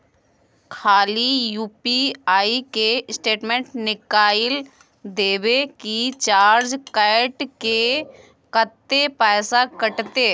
खाली यु.पी.आई के स्टेटमेंट निकाइल देबे की चार्ज कैट के, कत्ते पैसा कटते?